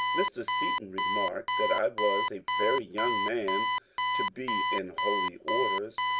mr. seaton remarked that i was a very young man to be in holy orders,